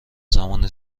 زمان